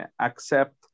accept